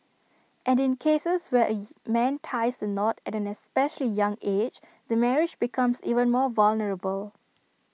and in cases where A man ties the knot at an especially young age the marriage becomes even more vulnerable